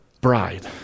bride